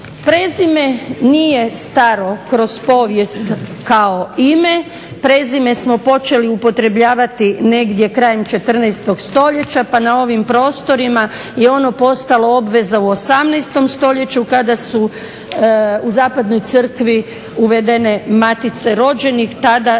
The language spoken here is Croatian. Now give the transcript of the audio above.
Prezime nije staro kroz povijest kao ime, prezime smo počeli upotrebljavati negdje krajem 14. stoljeća, pa na ovim prostorima je ono postalo obveza u 18. stoljeću kada su u zapadnoj crkvi uvedene Matice rođenih